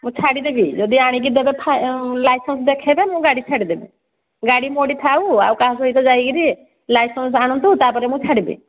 ମୁଁ ଛାଡ଼ିଦେବି ଯଦି ଆଣିକି ଦେବେ ଲାଇସେନ୍ସ ଦେଖେଇବେ ମୁଁ ଗାଡ଼ି ଛାଡ଼ିଦେବି ଗାଡ଼ି ମୋଠି ଥାଉ ଆଉ କାହା ସହିତ ଯାଇକିରି ଲାଇସେନ୍ସ ଆଣନ୍ତୁ ତାପରେ ମୁଁ ଛାଡ଼ିବି